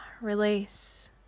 release